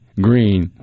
green